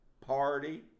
party